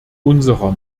unserer